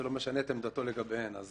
זה לא משנה את עמדתו לגביהן.